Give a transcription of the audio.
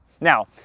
Now